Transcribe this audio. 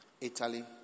Italy